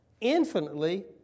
Infinitely